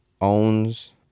owns